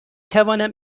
توانم